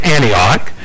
Antioch